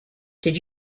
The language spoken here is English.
did